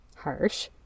harsh